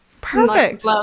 Perfect